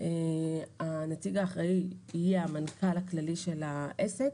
הנציג האחראי יהיה המנכ"ל הכללי של העסק,